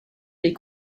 les